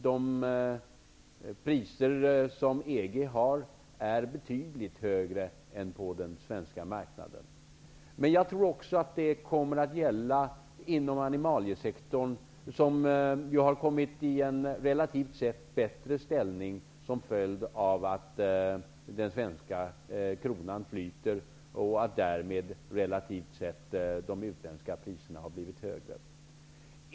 De priser som EG har är betydligt högre än på den svenska marknaden. Jag tror också att detta kommer att gälla inom animaliesektorn, som har kommit i en relativt sett bättre ställning till följd av att den svenska kronan flyter. De utländska priserna har därmed relativt sett blivit högre.